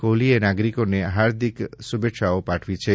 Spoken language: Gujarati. કોહલીએ નાગરિકોને હાર્દિક શ્રૂભકામનાઓ પાઠવી છે